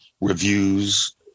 reviews